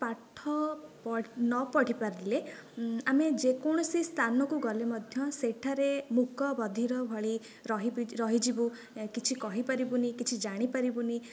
ପାଠ ନପଢ଼ି ପାରିଲେ ଆମେ ଯେ କୌଣସି ସ୍ଥାନକୁ ଗଲେ ମଧ୍ୟ ସେଠାରେ ମୂକ ବଧିର ଭଳି ରହି ରହିଯିବୁ କିଛି କହିପାରିବୁ ନାହିଁ କିଛି ଜାଣିପାରିବୁ ନାହିଁ